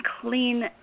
clean